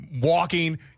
walking